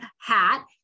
hat